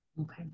Okay